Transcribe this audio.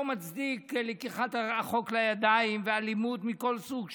לא מצדיק לקיחת החוק לידיים ואלימות מכל סוג שהוא,